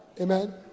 Amen